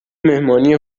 مهمانی